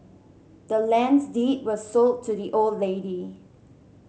the land's deed was sold to the old lady